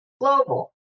global